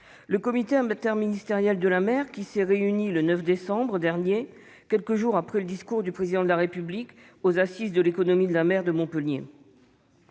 Le comité interministériel de la mer (CIMer) s'est réuni le 19 décembre dernier, quelques jours après le discours du Président de la République aux assises de l'économie de la mer de Montpellier.